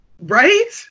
Right